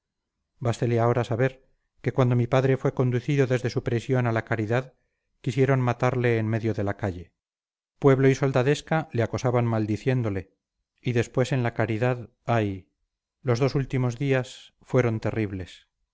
dolorosa bástele ahora saber que cuando mi padre fue conducido desde su prisión a la caridad quisieron matarle en medio de la calle pueblo y soldadesca le acosaban maldiciéndole y después en la caridad ay los dos últimos días fueron terribles